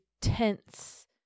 tense